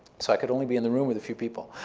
so i could only be in the room with a few people.